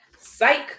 psych